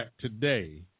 today